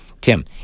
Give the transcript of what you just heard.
Tim